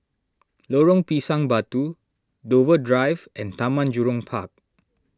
Lorong Pisang Batu Dover Drive and Taman Jurong Park